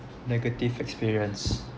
negative experience